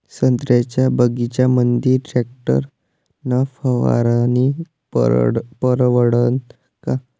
संत्र्याच्या बगीच्यामंदी टॅक्टर न फवारनी परवडन का?